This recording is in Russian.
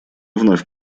вновь